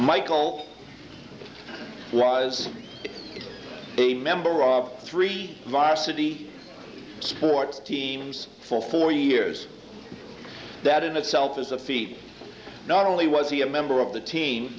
michael ries a member of three virus city sports teams for four years that in itself is a feat not only was he a member of the team